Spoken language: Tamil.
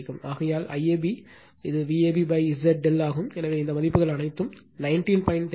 ஆகையால் IAB இது Vab Z ∆ஆகும் எனவே இந்த மதிப்புகள் அனைத்தையும் 19